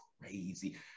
crazy